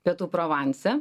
pietų provanse